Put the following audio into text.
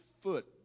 foot